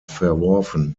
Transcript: verworfen